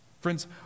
Friends